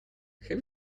have